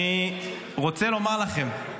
אני רוצה לומר לכם,